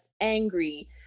angry